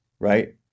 Right